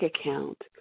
account